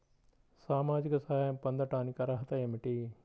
సామాజిక సహాయం పొందటానికి అర్హత ఏమిటి?